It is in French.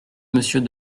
monsieur